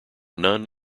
none